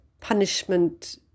punishment